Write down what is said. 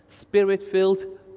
Spirit-filled